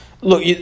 Look